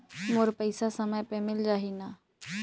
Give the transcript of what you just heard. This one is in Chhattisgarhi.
मोर पइसा समय पे मिल जाही न?